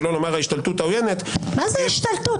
שלא לומר ההשתלטות העוינת --- מה זה "השתלטות"?